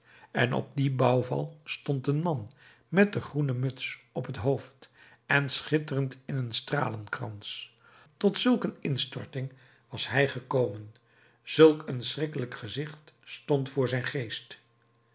en op dien bouwval stond een man met de groene muts op het hoofd en schitterend in een stralenkrans tot zulk een instorting was hij gekomen zulk een schrikkelijk gezicht stond voor zijn geest